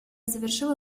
завершила